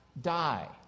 die